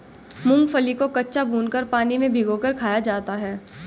मूंगफली को कच्चा, भूनकर, पानी में भिगोकर खाया जाता है